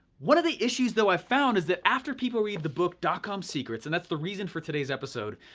one of the issues, though, i've found is that after people read the book dotcom secrets, and that's the reason for today's episode,